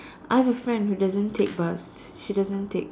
I have a friend who doesn't take bus she doesn't take